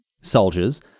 soldiers